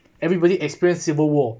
everybody experience civil war